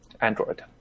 Android